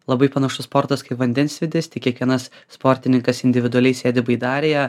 labai panašus sportas kai vandensvydis kiekvienas sportininkas individualiai sėdi baidarėje